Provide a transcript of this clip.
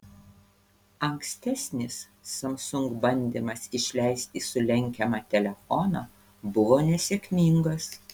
ankstesnis samsung bandymas išleisti sulenkiamą telefoną buvo nesėkmingas